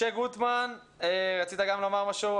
משה גוטמן, רצית גם לומר משהו?